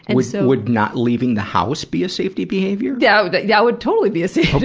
and would so would not leaving the house be a safety behavior. yeah that that would totally be a safety